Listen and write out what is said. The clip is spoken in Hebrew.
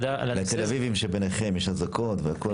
לתל אביביים שביניכם, יש אזעקות והכל.